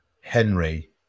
Henry